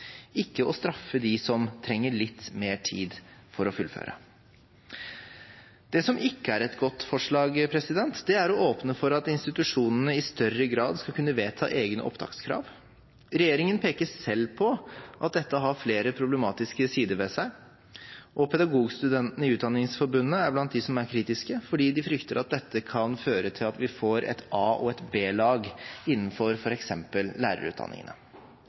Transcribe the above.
ikke å straffe dem som trenger litt mer tid for å fullføre. Det som ikke er et godt forslag, er å åpne for at institusjonene i større grad skal kunne vedta egne opptakskrav. Regjeringen peker selv på at dette har flere problematiske sider ved seg, og Pedagogstudentene i Utdanningsforbundet er blant dem som er kritiske, fordi de frykter at dette kan føre til at man får et A-lag og et B-lag innenfor f.eks. lærerutdanningene.